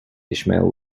ishmael